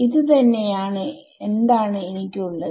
ഇത് ഒന്ന് തന്നെയാണ് എന്താണ് എനിക്ക് ഉള്ളത്